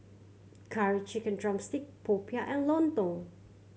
Curry Chicken drumstick popiah and lontong